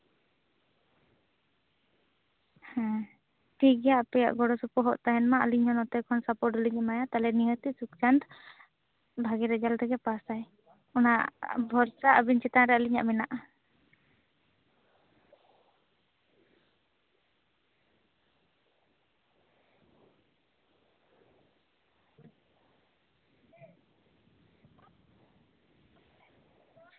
ᱦᱮᱸ ᱴᱷᱤᱠᱜᱮᱭᱟ ᱟᱯᱮᱭᱟᱜ ᱜᱚᱲᱚ ᱥᱚᱯᱚᱦᱚᱫ ᱛᱟᱦᱮᱱ ᱢᱟ ᱟᱨ ᱟᱞᱤᱧ ᱱᱚᱛᱮ ᱠᱷᱚᱱ ᱥᱟᱯᱚᱴ ᱞᱤᱧ ᱮᱢᱟᱭᱟ ᱛᱟᱞᱦᱮ ᱱᱤᱦᱟᱹᱛ ᱜᱮ ᱥᱩᱠᱪᱟᱸᱫ ᱵᱷᱟᱹᱜᱤ ᱨᱮᱡᱟᱞᱴ ᱛᱮᱜᱮ ᱯᱟᱥᱟᱭ ᱚᱱᱟ ᱵᱷᱚᱨᱥᱟ ᱟᱵᱤᱱ ᱪᱮᱛᱟᱱ ᱨᱮ ᱟᱞᱤᱧᱟᱜ ᱢᱮᱱᱟᱜᱼᱟ